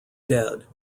dead